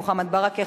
מוחמד ברכה,